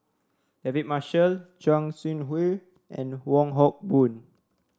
David Marshall Chua Sian and Wong Hock Boon